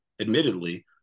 Admittedly